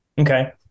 Okay